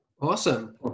Awesome